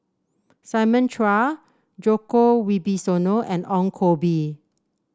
Simon Chua Djoko Wibisono and Ong Koh Bee